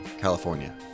California